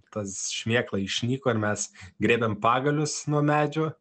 tas šmėkla išnyko ir mes griebėm pagalius nuo medžio